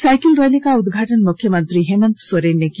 cycle rally का उद्घाटन मुख्यमंत्री हेमंत सोरेन ने किया